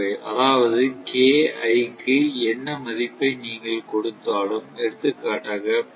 அதாவது க்கு என்ன மதிப்பை நீங்கள் எடுத்தாலும் எடுத்துக்காட்டாக 0